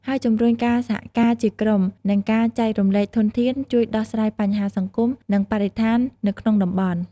ហើយជំរុញការសហការជាក្រុម និងការចែករំលែកធនធាន ជួយដោះស្រាយបញ្ហាសង្គម និងបរិស្ថាននៅក្នុងតំបន់។